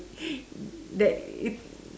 that it